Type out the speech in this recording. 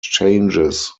changes